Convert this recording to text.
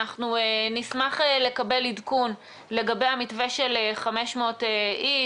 אנחנו נשמח לקבל עדכון לגבי המתווה של 500 איש,